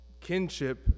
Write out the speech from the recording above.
Kinship